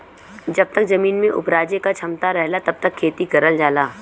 जब तक जमीन में उपराजे क क्षमता रहला तब तक खेती करल जाला